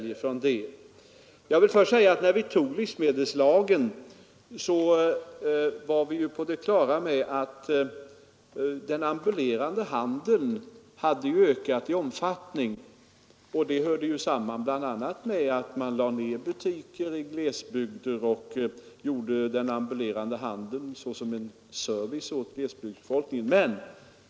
Jag vill först säga att vi när vi utarbetade livsmedelslagen var på det klara med att den ambulerande handeln hade ökat i omfattning. Detta hängde bl.a. samman med butiksnedläggningen i glesbygder, varvid den ambulerande handeln behövdes för att upprätthålla servicen åt glesbygdsbefolkningen.